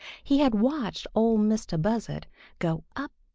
he had watched ol' mistah buzzard go up,